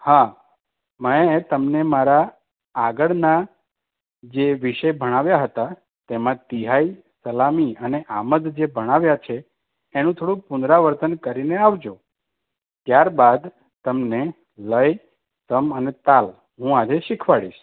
હા મેં તમને મારા આગળના જે વિષય ભણાવ્યા હતા તેમાં તિહાઈ સલામી અને આમદ જે ભણાવ્યા છે એનું થોડુંક પુનરાવર્તન કરીને આવજો ત્યાર બાદ તમને લય સમ અને તાલ ત્યાર બાદ શિખવાડીશ